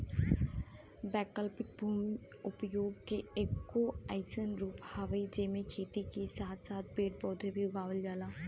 वैकल्पिक भूमि उपयोग के एगो अइसन रूप हउवे जेमे खेती के साथ साथ पेड़ पौधा भी उगावल जाला